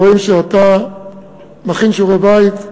רואים שאתה מכין שיעורי-בית.